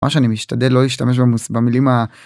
מה שאני משתדל לא להשתמש במילים.